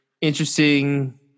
interesting